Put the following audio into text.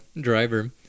driver